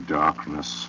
darkness